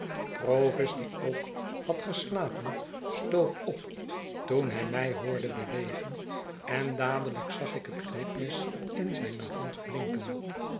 die ook had geslapen stoof op toen hij mij hoorde bewegen en dadelijk zag ik het knipmes in zijne hand blinken